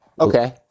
Okay